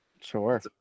Sure